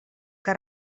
que